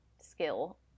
skill